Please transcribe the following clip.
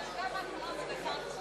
אתה יודע מה קרה בדקה האחרונה?